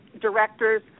directors